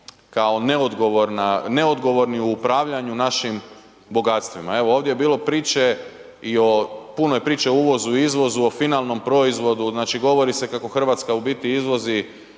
kao neodgovorni u upravljanju našim bogatstvima. Evo ovdje je bilo priče, puno je priče o uvozu, o izvozu, o finalnom proizvodu, govori se kako Hrvatska u biti izvozi